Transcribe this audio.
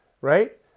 Right